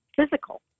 physical